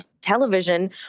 television